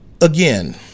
again